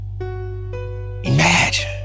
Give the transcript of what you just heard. Imagine